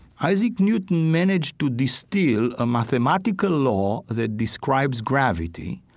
isaac newton managed to distill a mathematical law that describes gravity.